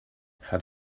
had